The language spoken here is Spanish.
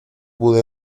pude